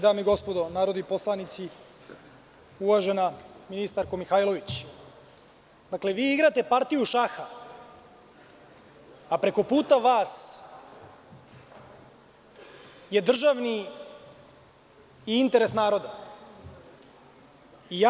Dame i gospodo narodni poslanici, uvažena ministarko Mihajlović, dakle vi igrate partiju šaha, a preko puta vas je državni i interes naroda.